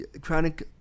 chronic